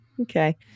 Okay